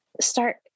start